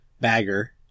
bagger